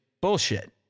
bullshit